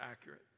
accurate